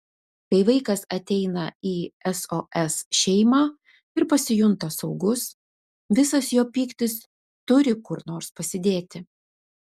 kai vaikas ateina į sos šeimą ir pasijunta saugus visas jo pyktis turi kur nors pasidėti